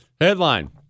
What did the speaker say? Headline